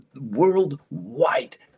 worldwide